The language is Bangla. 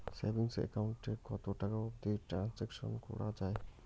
সেভিঙ্গস একাউন্ট এ কতো টাকা অবধি ট্রানসাকশান করা য়ায়?